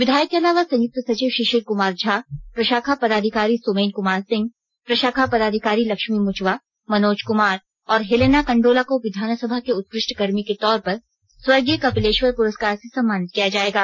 विधायक के अलावा संयुक्त सचिव शिशिर कुमार झा प्रशाखा पदाधिकारी सोमेन कुमार सिंह प्रशाखा पदाधिकारी लक्ष्मी मुचवा मनोज कुमार और हेलेना कंडोला को विधानसभा के उत्कृष्ट कर्मी के तौर पर स्वर्गीय कपिलेश्वर पुरस्कार से सम्मानित किया जाएगा